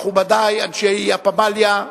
מכובדי אנשי הפמליה,